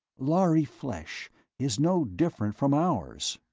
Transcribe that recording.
lhari flesh is no different from ours.